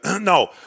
No